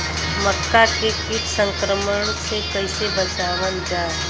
मक्का के कीट संक्रमण से कइसे बचावल जा?